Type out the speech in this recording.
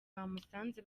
bamusanze